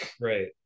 right